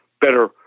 better